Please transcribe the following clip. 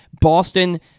Boston